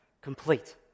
Complete